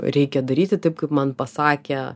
reikia daryti taip kaip man pasakė